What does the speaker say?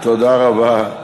תודה רבה,